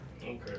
Okay